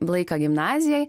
laiką gimnazijoj